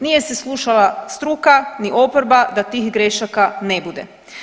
Nije se slušala struka ni oporba da tih grešaka ne bude.